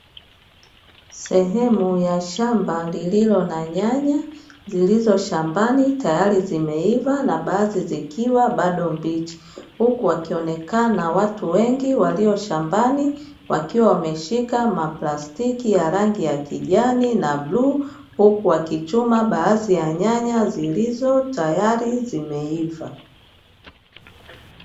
Sehemu ya shamba lililo na nyanya zilizoshambani tayai zimeiva na baadhi zikiwa bado mbichi. Huku wakionekana watu wengi walioshambani wakiwa wameshika maplastiki yarangi ya kijani na bluu, huku wakichuma baadhi ya nyanya zilizo tayari zimeiva.